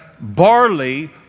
barley